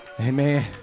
Amen